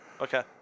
Okay